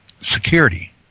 security